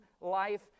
life